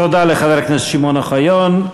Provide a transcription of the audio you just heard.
תודה לחבר הכנסת שמעון אוחיון.